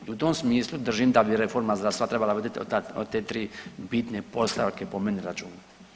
I u tom smislu držim da bi reforma zdravstva treba biti od te tri bitne postavke po meni računu.